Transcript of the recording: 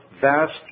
vast